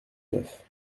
neuf